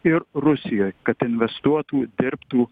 ir rusijoj kad investuotų dirbtų